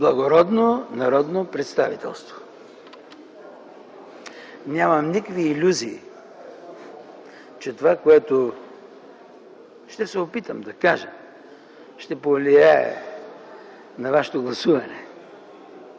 Благородно народно представителство! Нямам никакви илюзии, че това, което ще се опитам да кажа, ще повлияе на вашето гласуване,